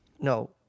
No